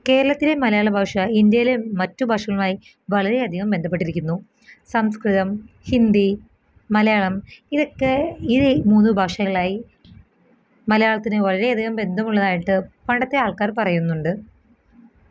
കേരളത്തിലെ മലയാള ഭാഷ ഇന്ത്യയിലെ മറ്റു ഭാഷകളുമായി വളരെ അധികം ബന്ധപ്പെട്ടിരിക്കുന്നു സംസ്കൃതം ഹിന്ദി മലയാളം ഇതൊക്കെ ഇത് മൂന്ന് ഭാഷകളുമായി മലയാളത്തിന് വളരെ അധികം ബന്ധമുള്ളതായിട്ട് പണ്ടത്തെ ആൾക്കാർ പറയുന്നുണ്ട്